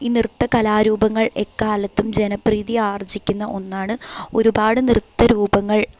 ഈ നൃത്ത കലാ രൂപങ്ങൾ എക്കാലത്തും ജനപ്രീതി ആർജിക്കുന്ന ഒന്നാണ് ഒരുപാട് നൃത്ത രൂപങ്ങൾ